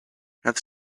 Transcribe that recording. have